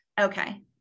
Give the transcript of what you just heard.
Okay